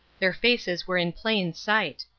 their faces were in plain sight.